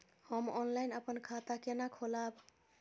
हम ऑनलाइन अपन खाता केना खोलाब?